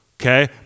okay